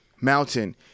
mountain